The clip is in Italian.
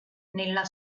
nella